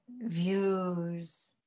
views